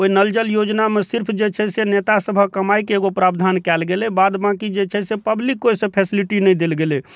ओहि नल जल योजनामे सिर्फ जे छै से नेता सभक कमाइके एगो प्राबधान कयल गेलै बाद बाँकि जे छै से पब्लिकके ओहिसँ फैसिलिटी नहि देल गेलै